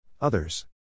Others